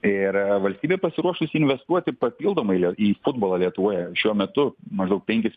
ir valstybė pasiruošusi investuoti papildomai į futbolą lietuvoje šiuo metu maždaug penkis